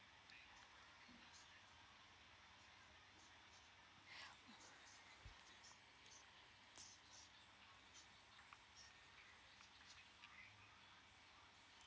mm mm